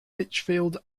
lichfield